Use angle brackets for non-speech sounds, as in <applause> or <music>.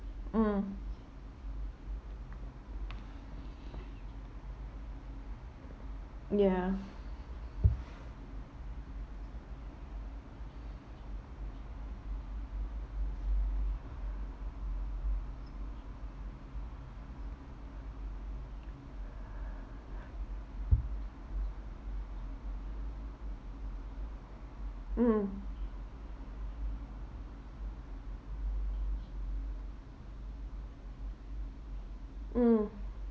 mm ya <breath> mm mm